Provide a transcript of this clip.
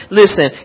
listen